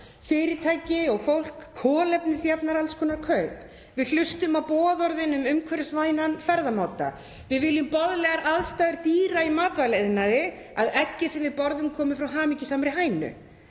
fyrirtæki og fólk kolefnisjafnar alls konar kaup, við hlustum á boðorðin um umhverfisvænan ferðamáta, við viljum boðlegar aðstæður dýra í matvælaiðnaði, að eggið sem við borðum komi frá hamingjusamri hænu.